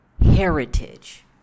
heritage